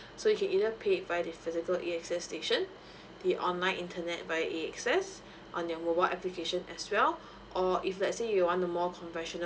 so you can either pay via this physical A_X_S station the online internet via A_X_S on your mobile application as well or if let's say you want to more conversational